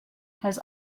has